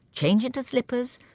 change into slippers,